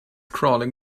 crawling